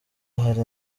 hari